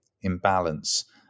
imbalance